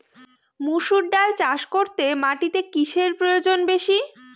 মুসুর ডাল চাষ করতে মাটিতে কিসে প্রয়োজন বেশী?